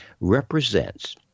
represents